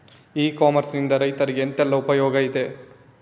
E commerce ನಿಂದ ರೈತರಿಗೆ ಎಂತೆಲ್ಲ ಉಪಯೋಗ ಇದೆ?